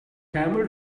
camel